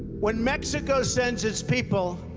when mexico sends its people,